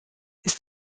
ist